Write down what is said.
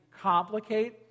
complicate